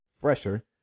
fresher